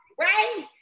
right